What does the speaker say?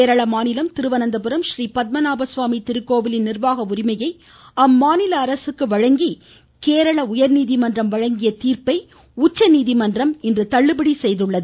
கேரள மாநிலம் திருவனந்தபுரம் ஸ்ரீபத்மநாப சுவாமி திருக்கோவிலின் நிர்வாக உரிமையை அம்மாநில அரசுக்கு வழங்கி கேரள உயர்நீதிமன்றம் வழங்கிய தீர்ப்பை உச்சநீதிமன்றம் இன்று தள்ளுபடி செய்தது